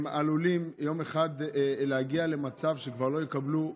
הם עלולים להגיע יום אחד למצב שכבר לא יקבלו חולים.